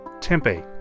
Tempe